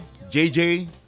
JJ